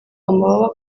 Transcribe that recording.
amababa